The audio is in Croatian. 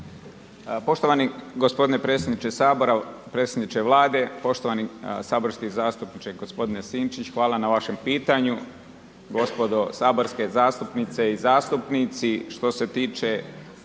Sabora, predsjedniče Vlade, poštovani saborski zastupniče g. Sinčić, hvala na vašem pitanju, gospodo saborske zastupnice i zastupnici što se tiče